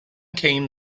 came